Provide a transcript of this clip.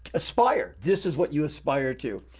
aspire. this is what you aspire to.